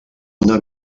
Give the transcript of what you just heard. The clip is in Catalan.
una